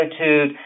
attitude